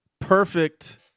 perfect